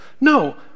No